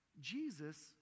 Jesus